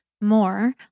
more